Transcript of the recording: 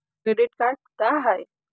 Credit card का हाय?